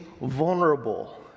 vulnerable